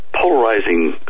Polarizing